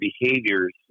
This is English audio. behaviors